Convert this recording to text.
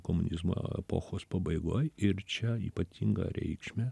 komunizmo epochos pabaigoj ir čia ypatingą reikšmę